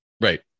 right